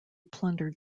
plundered